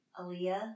Aaliyah